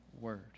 word